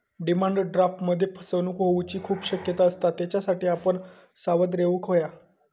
demand ड्राफ्टमध्ये फसवणूक होऊची खूप शक्यता असता, त्येच्यासाठी आपण सावध रेव्हूक हव्या